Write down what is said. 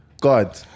God